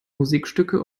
musikstücke